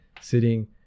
sitting